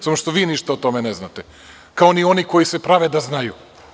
Samo što vi ništa o tome ne znate, kao ni oni koji se prave da znaju.